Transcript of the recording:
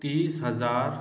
तीस हजार